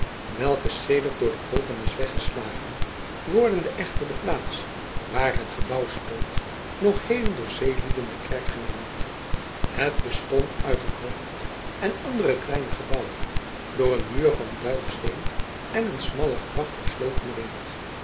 welke sedert door de golven is weggeslagen wordende echter de plaats waar het gebouw stond nog heden door de zeelieden de kerk genaamd het bestond uit een hoofd en andere kleine gebouwen door een muur van duifsteen en een smalle gracht of sloot omringd